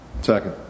Second